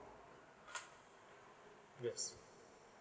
yes